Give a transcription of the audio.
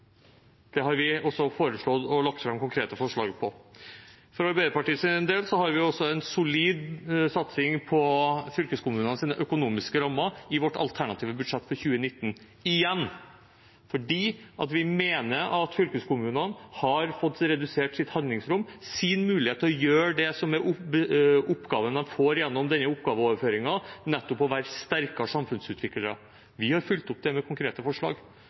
Det har vi også foreslått og lagt fram konkrete forslag om. For Arbeiderpartiets del har vi også en solid satsing på fylkeskommunenes økonomiske rammer i vårt alternative budsjett for 2019 – igjen – fordi vi mener at fylkeskommunene har fått redusert sitt handlingsrom, sin mulighet til å gjøre det som er oppgaven de får gjennom denne oppgaveoverføringen, nettopp å være sterkere samfunnsutviklere. Vi har fulgt opp det med konkrete forslag.